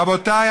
רבותיי,